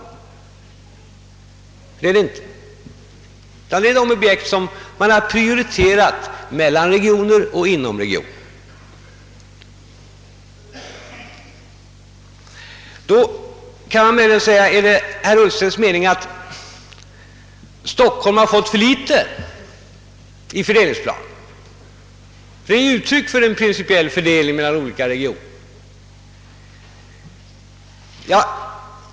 Fördelningsplanen upptar alltså de objekt man har prioriterat mellan regioner och inom regioner. Är det herr Ullstens mening att Stockholm fått för litet i fördelningsplanen? Den är ju uttryck för en principiell fördelning mellan olika regioner.